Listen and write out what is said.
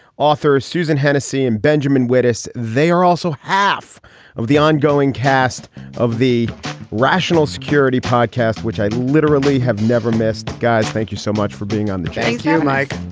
author susan hennessy and benjamin wittes. they are also half of the ongoing cast of the rational security podcast, which i literally have never missed guys, thank you so much for being on the gang yeah like